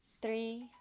three